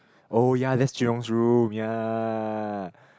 oh ya that's Jun Hong's room ya